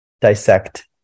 dissect